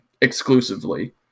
exclusively